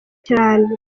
cyane